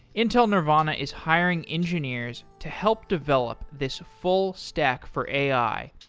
intel nervana is hiring engineers to help develop this full stack for ai,